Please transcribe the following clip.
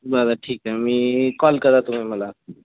बरं ठीक आहे मी कॉल करा तुम्ही मला